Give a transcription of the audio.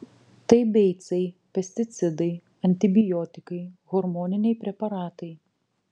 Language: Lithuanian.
tai beicai pesticidai antibiotikai hormoniniai preparatai